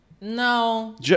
no